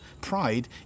Pride